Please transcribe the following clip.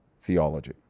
theology